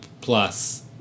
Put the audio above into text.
plus